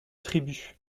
tribu